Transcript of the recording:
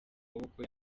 maboko